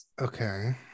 Okay